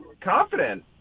confident